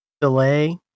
delay